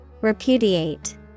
Repudiate